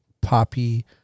poppy